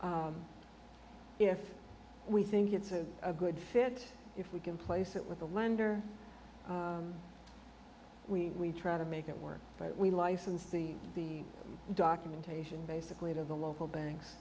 loan if we think it's a good fit if we can place it with a lender we try to make it work but we licensed the the documentation basically to the local banks